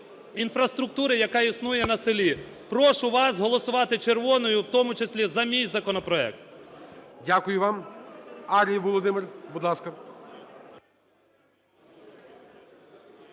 інфраструктури, яка існує на селі. Прошу вас голосувати червоною, в тому числі, за мій законопроект. ГОЛОВУЮЧИЙ. Дякую вам. Ар'єв Володимир, будь ласка.